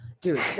dude